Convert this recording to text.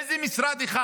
איזה משרד אחד